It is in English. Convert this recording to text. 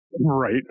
right